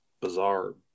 bizarre